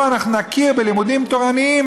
אנחנו נכיר בלימודים תורניים,